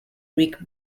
greek